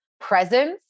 presence